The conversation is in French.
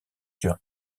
sur